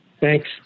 thanks